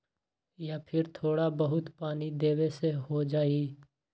या फिर थोड़ा बहुत पानी देबे से हो जाइ?